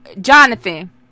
Jonathan